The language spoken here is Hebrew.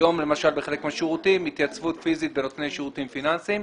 היום למשל בחלק מהשירותים התייצבות פיזית לנותני שירותים פיננסיים,